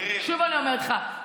שוב אני אומרת לך,